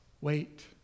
wait